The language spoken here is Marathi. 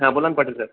हा बोला ना पाटील सर